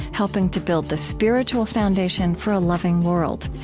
helping to build the spiritual foundation for a loving world.